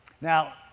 Now